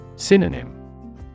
Synonym